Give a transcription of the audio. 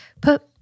put